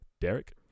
Derek